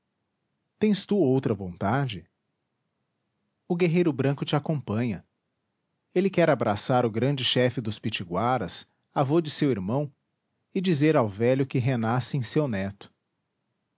tens tu outra vontade o guerreiro branco te acompanha ele quer abraçar o grande chefe dos pitiguaras avô de seu irmão e dizer ao velho que renasce em seu neto